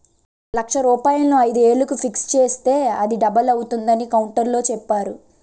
లక్ష రూపాయలను ఐదు ఏళ్లకు ఫిక్స్ చేస్తే అది డబుల్ అవుతుందని కౌంటర్లో చెప్పేరు